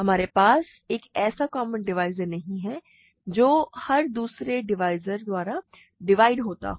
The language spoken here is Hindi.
हमारे पास एक ऐसा कॉमन डिवाइज़र नहीं है जो हर दूसरे डिवाइज़र द्वारा डिवाइड होता है